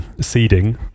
seeding